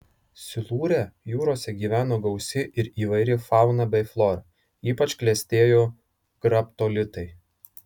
silūre jūrose gyveno gausi ir įvairi fauna bei flora ypač klestėjo graptolitai